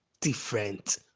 different